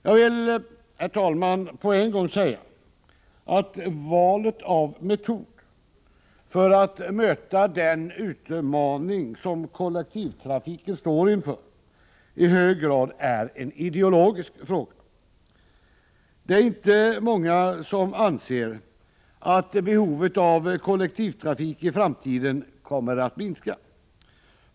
Jag vill, herr talman, på en gång säga att valet av metod för att möta den utmaning som kollektivtrafiken står inför i hög grad är en ideologisk fråga. Det är inte många som anser att behovet av kollektivtrafik i framtiden kommer att minska.